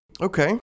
Okay